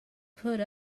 put